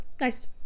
Nice